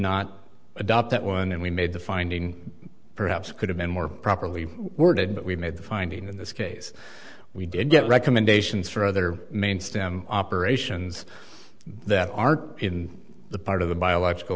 not adopt that one and we made the finding perhaps could have been more properly worded but we made the finding in this case we did get recommendations for other main stem operations that aren't in the part of the